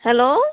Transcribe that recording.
hello